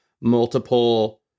multiple